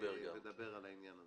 לדבר על העניין.